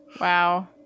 Wow